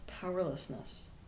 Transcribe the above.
powerlessness